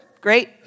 great